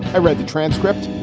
i read the transcript.